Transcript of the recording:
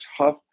tough